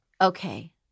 Okay